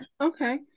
Okay